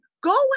go